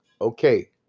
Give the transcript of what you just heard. okay